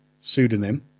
pseudonym